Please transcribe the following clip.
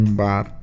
bar